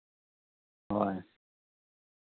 ᱦᱳᱭ